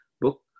book